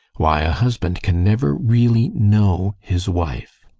why a husband can never really know his wife.